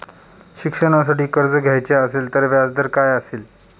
शिक्षणासाठी कर्ज घ्यायचे असेल तर व्याजदर काय असेल?